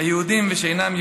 יהודים ושאינם יהודים,